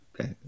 Okay